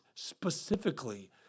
specifically